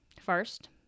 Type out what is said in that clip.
First